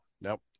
nope